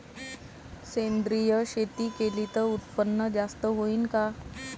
सेंद्रिय शेती केली त उत्पन्न जास्त होईन का?